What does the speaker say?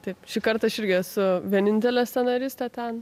taip šįkart aš irgi esu vienintelė scenaristė ten